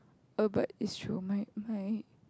oh but it's through my my